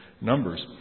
numbers